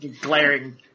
glaring